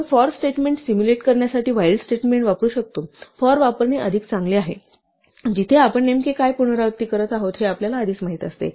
आपण for statement simulate करण्यासाठी while statement वापरू शकतो फॉर वापरणे अधिक चांगले आहे जिथे आपण नेमके काय पुनरावृत्ती करत आहोत हे आपल्याला आधीच माहित असते